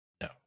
No